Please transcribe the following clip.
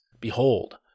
Behold